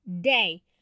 day